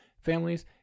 families